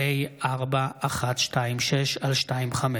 חוק פ/4126/25: